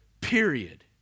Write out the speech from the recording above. period